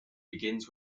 begins